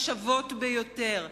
השוות ביותר.